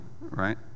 right